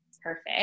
perfect